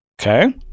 Okay